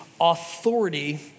authority